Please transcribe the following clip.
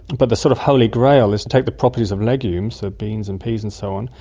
but the sort of holy grail is to take the properties of legumes, so beans and peas and so on,